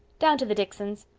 down to the dicksons.